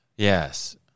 Yes